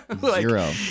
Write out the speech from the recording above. zero